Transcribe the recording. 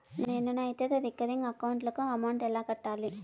నేను నా ఇతర రికరింగ్ అకౌంట్ లకు అమౌంట్ ఎలా కట్టాలి?